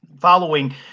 Following